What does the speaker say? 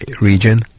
region